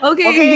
Okay